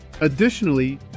Additionally